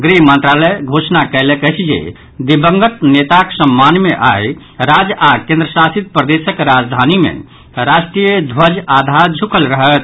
गृह मंत्रालय घोषणा कयलक अछि जे दिवंगत नेताक सम्मान मे आई राज्य आओर केन्द्रशासित प्रदेशक राजधानी मे राष्ट्रीय ध्वज आधा झुकल रहत